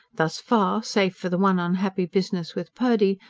thus far, save for the one unhappy business with purdy,